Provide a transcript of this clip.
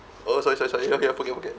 oh sorry sorry sorry okay forget forget